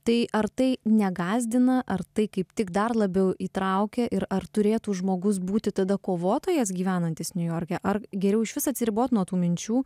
tai ar tai negąsdina ar tai kaip tik dar labiau įtraukia ir ar turėtų žmogus būti tada kovotojas gyvenantis niujorke ar geriau išvis atsiribot nuo tų minčių